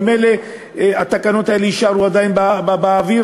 ממילא התקנות האלה יישארו עדיין באוויר,